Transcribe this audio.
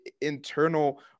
internal